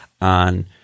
on